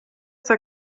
der